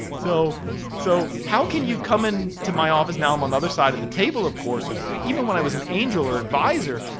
so so how can you come in to my office now i'm on the other side of the table, of course, but even when i was an angel or advisor?